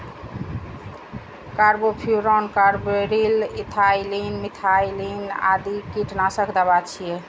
carbofuran, carbaryl, ethylene, methylene आदि कीटनाशक दवा छियै